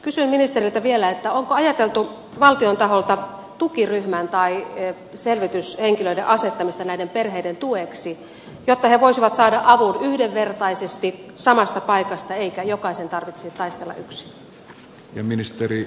kysyn ministeriltä vielä onko ajateltu valtion taholta tukiryhmän tai selvityshenkilöiden asettamista näiden perheiden tueksi jotta he voisivat saada avun yhdenvertaisesti samasta paikasta eikä jokaisen tarvitsisi taistella yksin